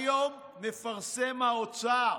היום מפרסם האוצר: